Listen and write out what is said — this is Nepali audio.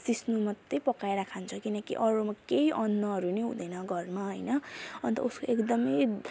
सिस्नु मात्रै पकाएर खान्छ किनकि अरूमा केही अन्नहरू नै हुँदैन घरमा होइन अन्त उसको एकदमै